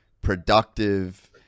productive